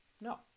No